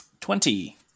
Twenty